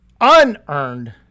unearned